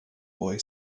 boy